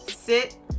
sit